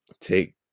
take